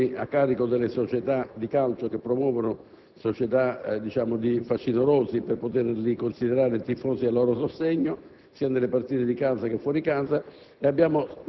abbiamo ritenuto irrisorie alcune sanzioni a carico delle società di calcio che promuovono società di facinorosi per poterli considerare tifosi a loro sostegno,